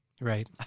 Right